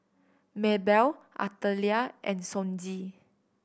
Maebell Artelia and Sonji